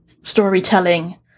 storytelling